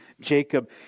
Jacob